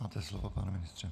Máte slovo, pane ministře.